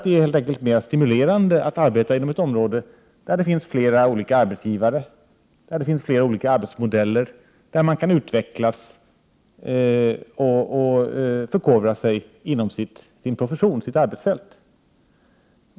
Det är helt enkelt mer stimulerande att arbeta inom ett område där det finns flera olika arbetsgivare, där det finns flera olika arbetsmodeller och där man kan utvecklas och förkovra sig inom sitt arbetsfält.